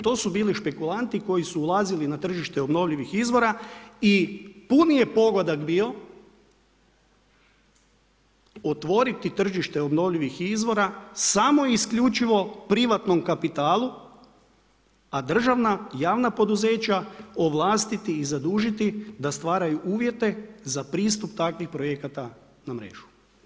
To su bili špekulanti koji su ulazili na tržište obnovljivih izvora i puni je pogodak bio otvoriti tržište obnovljivih izvora samo i isključivo privatnom kapitalu a državna, javna poduzeća ovlastiti i zadužiti da stvaraju uvjete za pristup takvih projekata na mrežu.